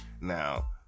Now